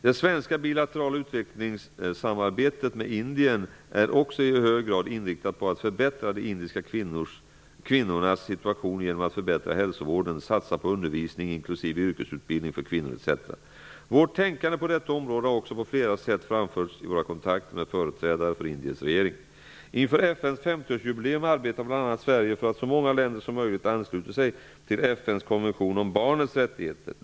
Det svenska bilaterala utvecklingssamarbetet med Indien är också i hög grad inriktat på att förbättra de indiska kvinnornas situation genom att förbättra hälsovården, satsa på undervisning inkl. yrkesutbildning för kvinnor etc. Vårt tänkande på detta område har också på flera sätt framförts i våra kontakter med företrädare för Indiens regering. Inför FN:s 50-årsjubileum arbetar bl.a. Sverige för att så många länder som möjligt ansluter sig till FN:s konvention om barnets rättigheter.